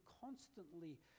constantly